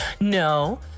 No